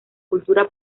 cultura